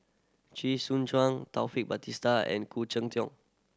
Chee Soon Juan Taufik Batisah and Khoo Cheng Tiong